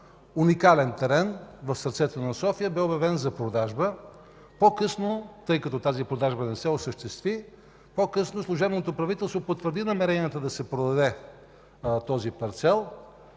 уникален терен в сърцето на София бе обявен за продажба. Тъй като тази продажба не се осъществи, по-късно служебното правителство потвърди намеренията да се продаде този парцел